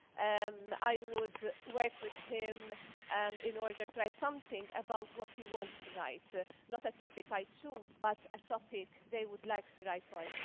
um i would work with him um in order to write something about what he wants to write. so not a topic i choose, but a topic they would like to write on,